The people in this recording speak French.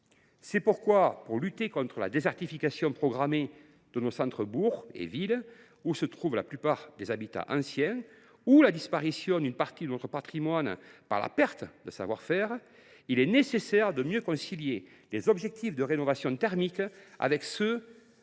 C’est pourquoi, pour lutter contre la désertification programmée de nos centres bourgs et de nos villes, où se trouvent la plupart des habitats anciens, et contre la disparition d’une partie de notre patrimoine par la perte de savoir faire, il est nécessaire de mieux concilier les objectifs de la rénovation thermique avec ceux